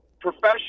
Professional